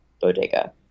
Bodega